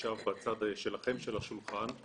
כמי שישב בצד שלכם של השולחן,